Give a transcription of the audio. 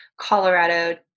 Colorado